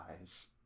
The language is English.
eyes